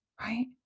Right